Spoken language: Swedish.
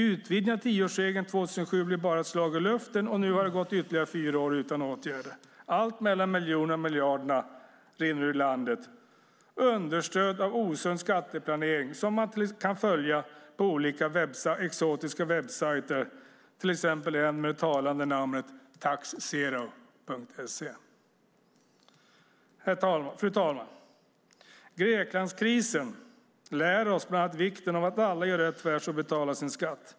Utvidgningen av tioårsregeln 2007 blev bara ett slag i luften, och nu har det gått ytterligare fyra år utan åtgärder, alltmedan miljonerna och miljarderna rinner ur landet - understödd av osund skatteplanering som man kan följa på olika exotiska webbsajter, till exempel den med det talande namnet taxzero.se. Fru talman! Greklandskrisen lär oss bland annat vikten av att alla gör rätt för sig och betalar sin skatt.